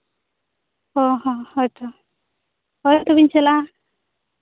ᱦᱚᱸ ᱦᱚᱸ ᱦᱳᱭᱛᱳ ᱦᱳᱭ ᱛᱚᱵᱮᱧ ᱪᱟᱞᱟᱜᱼᱟ